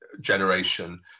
generation